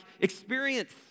experience